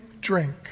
drink